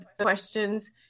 questions